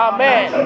Amen